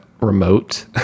remote